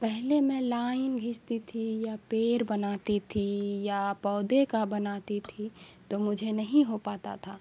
پہلے میں لائن کھینچتی تھی یا پیڑ بناتی تھی یا پودے کا بناتی تھی تو مجھے نہیں ہو پاتا تھا